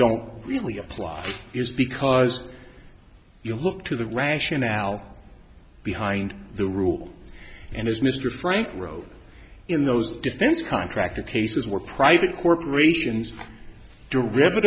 don't really apply is because you look to the rationale behind the rule and as mr frank wrote in those defense contractor cases where private corporations deri